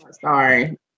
Sorry